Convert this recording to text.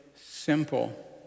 simple